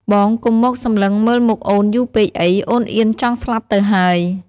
បងកុំមកសម្លឹងមើលមុខអូនយូរពេកអី អូនអៀនចង់ស្លាប់ទៅហើយ។